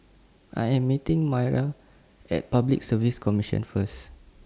I Am meeting Maira At Public Service Commission First